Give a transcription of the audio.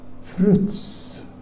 fruits